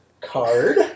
card